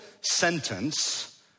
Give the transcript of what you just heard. sentence